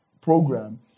program